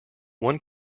one